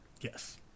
Yes